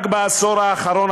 רק בעשור האחרון,